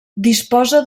disposa